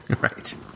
right